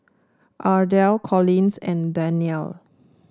Ardell Collins and Danyelle